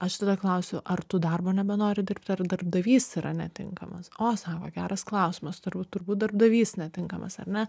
aš tada klausiu ar tu darbo nebenori dirbti ar darbdavys yra netinkamas o sako geras klausimas turbū turbūt darbdavys netinkamas ar ne